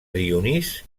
dionís